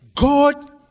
God